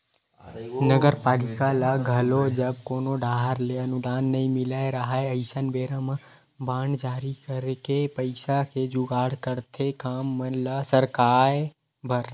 नगरपालिका ल घलो जब कोनो डाहर ले अनुदान नई मिलत राहय अइसन बेरा म बांड जारी करके पइसा के जुगाड़ करथे काम मन ल सरकाय बर